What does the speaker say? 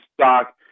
stock